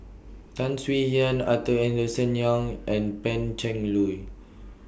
Tan Swie Hian Arthur Henderson Young and Pan Cheng Lui